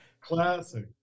Classic